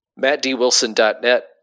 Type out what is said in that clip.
mattdwilson.net